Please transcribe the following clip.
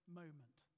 moment